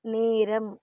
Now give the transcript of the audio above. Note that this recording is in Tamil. நேரம்